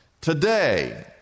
today